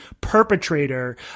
perpetrator